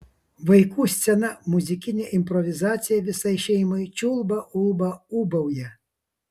vaikų scena muzikinė improvizacija visai šeimai čiulba ulba ūbauja